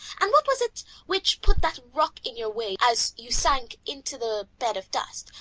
and what was it which put that rock in your way as you sank into the bed of dust,